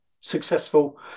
successful